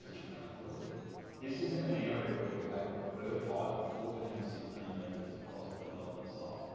councillors. this is in an area where we have a preferred height of fourteen and sixteen metres across the development site.